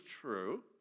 true